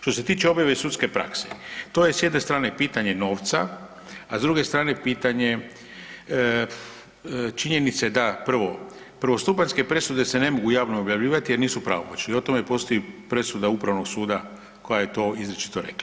Što se tiče objave sudske prakse, to je s jedne strane pitanje novca, a s druge strane pitanje činjenice da prvo, prvostupanjske presude se ne mogu javno objavljivati jer nisu pravomoćne i o tome postoji presuda Upravnog suda koja je to izričito rekla.